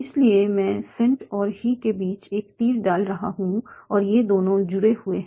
इसलिए मैं सेंट और ही के बीच एक तीर डाल रहा हूं और ये दोनों जुड़े हुए हैं